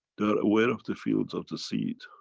they are aware of the fields of the seed,